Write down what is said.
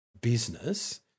business